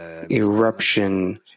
Eruption